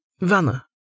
Vanna